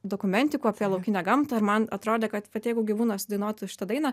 dokumentikų apie laukinę gamtą ir man atrodė kad vat jeigu gyvūnas sudainuotų šitą dainą